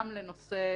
גם לנושא